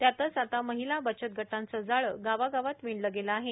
त्यातच आता महिला बचत गटांचे जाळे गावागावात विणलं गेलं आहे